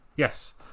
yes